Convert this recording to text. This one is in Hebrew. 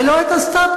ולא את הסב-טקסט.